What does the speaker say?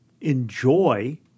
enjoy